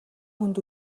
хүнд